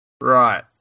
Right